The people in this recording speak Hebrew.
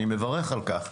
אני מברך על כך,